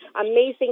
amazing